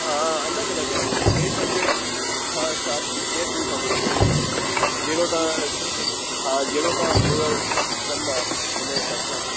हा अलॻि अलॻि आहे उहो एट हंड्रेड खां स्टार्ट थींदी आहे टू थाऊज़न ताईं जहिड़ो तव्हां पेमेंट हा जहिड़ो तव्हां फ़्लेवर कंदा उनजे हिसाब सां